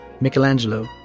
Michelangelo